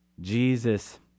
Jesus